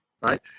Right